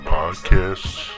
podcasts